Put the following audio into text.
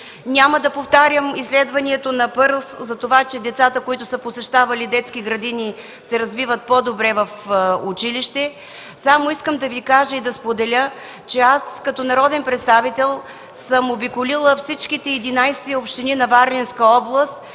Няма да повтарям изследването на „Пърлс”, че децата, които са посещавали детски градини, се развиват по-добре в училище. Ще споделя, че аз като народен представител съм обиколила всичките 11 общини във Варненска област